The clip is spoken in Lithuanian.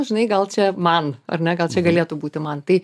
žinai gal čia man ar ne gal čia galėtų būti man tai